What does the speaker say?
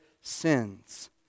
sins